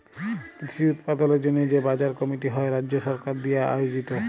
কৃষি উৎপাদলের জন্হে যে বাজার কমিটি হ্যয় রাজ্য সরকার দিয়া আয়জিত